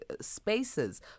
spaces